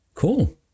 Cool